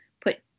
put